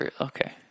Okay